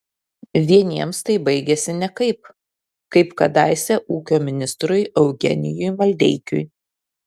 vieniems tai baigiasi nekaip kaip kadaise ūkio ministrui eugenijui maldeikiui